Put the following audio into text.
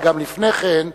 אבל גם לפני כן,